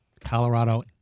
Colorado